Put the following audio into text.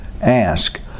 Ask